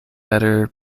better